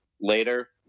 later